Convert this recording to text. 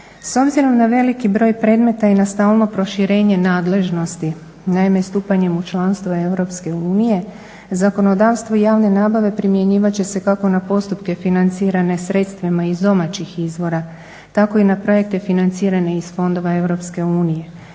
S obzirom na veliki broj predmeta i na stalno proširenje nadležnost, naime stupanjem u članstvo EU. Zakonodavstvo javno nabave primjenjivat će se kako na postupke financirane sredstvima iz domaćih izvora, tako i na projekte financirane iz fondova EU.